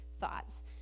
thoughts